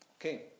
Okay